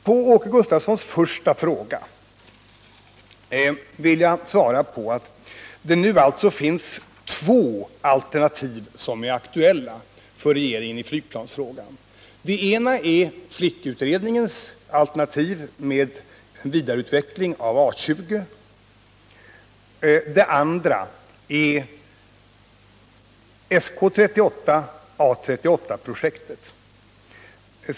På Åke Gustavssons första fråga vill jag svara att det nu finns två alternativ som är aktuella för regeringen i flygplansfrågan. Det ena är FLIK utredningens alternativ med vidareutveckling av A20, det andra är SK38/ A38-projektet.